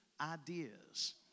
ideas